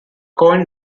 coin